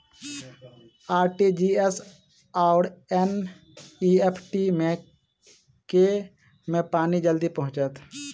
RTGS आओर NEFT मे केँ मे पानि जल्दी पहुँचत